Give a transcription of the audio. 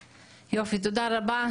יופי, תודה רבה.